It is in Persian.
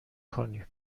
کنی